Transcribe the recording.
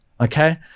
okay